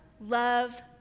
love